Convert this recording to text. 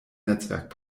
netzwerk